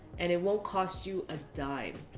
and it won't cost you a dime.